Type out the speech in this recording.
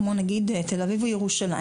כמו נגיד תל אביב או ירושלים,